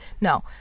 no